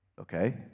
Okay